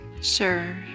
sure